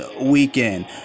weekend